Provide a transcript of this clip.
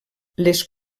les